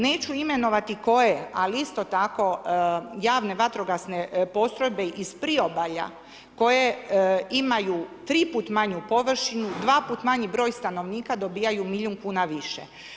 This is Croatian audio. Neću imenovati koje, ali isto tako javne vatrogasne postrojbe iz priobalja koje imaju tri put manju površinu, dva put manji broj stanovnika dobivaju milijun kuna više.